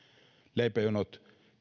leipäjonot